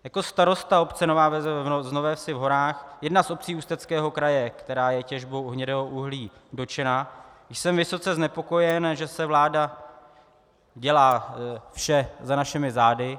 Jako starosta z obce Nové vsi v Horách, jedna z obcí Ústeckého kraje, která je těžbou hnědého uhlí dotčena, jsem vysoce znepokojen, že vláda dělá vše za našimi zády.